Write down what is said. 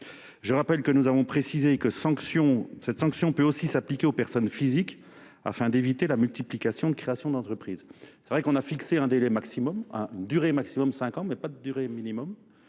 Je rappelle que nous avons précisé que cette sanction peut aussi s'appliquer aux personnes physiques afin d'éviter la multiplication de création d'entreprises. C'est vrai qu'on a fixé un délai maximum, une durée maximum de 5 ans, mais pas de durée minimum.